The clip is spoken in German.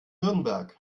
nürnberg